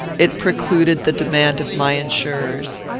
it precluded the demand of my insurers.